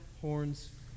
horns